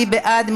מי בעד?